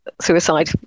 suicide